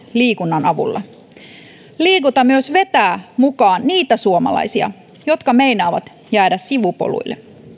liikunnan avulla liikunta myös vetää mukaan niitä suomalaisia jotka meinaavat jäädä sivupoluille